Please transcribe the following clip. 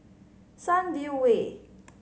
Sunview Way